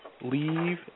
leave